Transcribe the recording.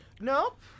Nope